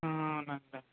అవునండి